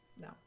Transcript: No